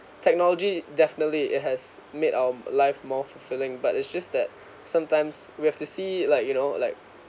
technology definitely it has made our life more fulfilling but it's just that sometimes we have to see it like you know like